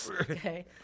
Okay